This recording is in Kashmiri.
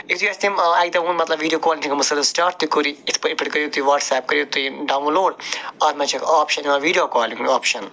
یُتھُے اَسہِ تٔمۍ اَکہِ دۄہ ووٚن مطلب ویٖڈیو کال چھِ گٔمٕژ سٔروِس سِٹاٹ تُہۍ کٔرِو یِتھ پٲٹھۍ یِتھ پٲٹھۍ کٔرِو تُہۍ وٹٕسَپ کٔرِو تُہۍ ڈاوُن لوڈ اَتھ منٛز چھِ اَکھ آپشَن یِوان ویٖڈیو کالہِ ہُنٛد آپشَن